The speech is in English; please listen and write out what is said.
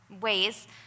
ways